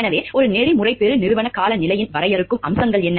எனவே ஒரு நெறிமுறை பெருநிறுவன காலநிலையின் வரையறுக்கும் அம்சங்கள் என்ன